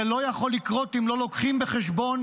זה לא יכול לקרות אם לא לוקחים בחשבון